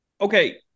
Okay